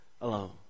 alone